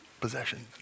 possessions